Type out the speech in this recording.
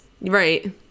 Right